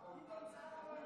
אבוטבול.